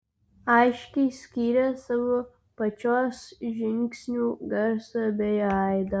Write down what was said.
aiškiai skyrė savo pačios žingsnių garsą bei aidą